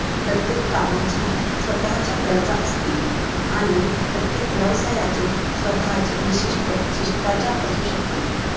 प्रत्येक कामाच्या स्वतःच्या गरजा असतील आणि प्रत्येक व्यवसायाचे स्वतःचे विशिष्ट शिष्टाचार असू शकतील